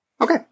Okay